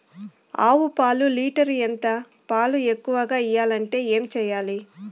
ఆవు పాలు లీటర్ ఎంత? పాలు ఎక్కువగా ఇయ్యాలంటే ఏం చేయాలి?